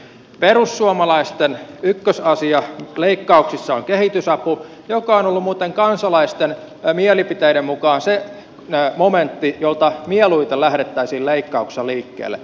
perussuomalaisten ykkösasia leikkauksissa on kehitysapu joka on ollut muuten kansalaisten mielipiteiden mukaan se momentti jolta mieluiten lähdettäisiin leikkauksissa liikkeelle